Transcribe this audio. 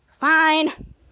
Fine